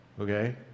okay